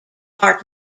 are